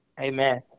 amen